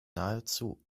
nahezu